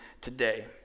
today